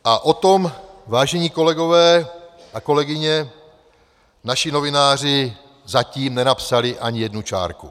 A o tom, vážení kolegové a kolegyně, naši novináři zatím nenapsali ani jednu čárku.